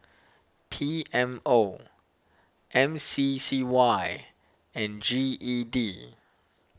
P M O M C C Y and G E D